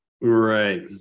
Right